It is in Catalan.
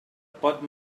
pot